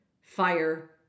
fire